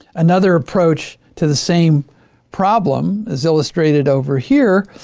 another approach to the same problem is illustrated over here,